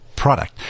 product